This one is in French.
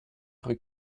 rue